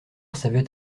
savait